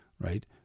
right